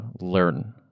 learn